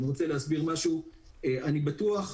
אני בטוח,